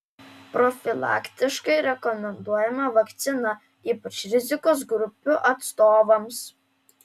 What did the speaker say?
profilaktiškai rekomenduojama vakcina ypač rizikos grupių atstovams